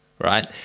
right